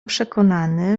przekonany